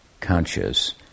conscious